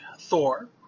Thor